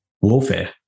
warfare